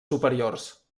superiors